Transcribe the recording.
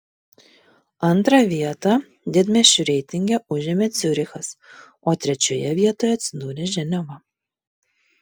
antrą vietą didmiesčių reitinge užėmė ciurichas o trečioje vietoje atsidūrė ženeva